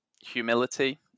humility